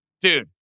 Dude